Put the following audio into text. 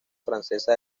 francesa